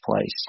place